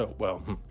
ah well,